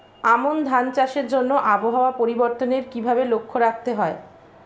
আমন ধান চাষের জন্য আবহাওয়া পরিবর্তনের কিভাবে লক্ষ্য রাখতে হয়?